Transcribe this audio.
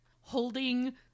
holding